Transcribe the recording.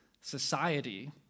Society